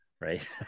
right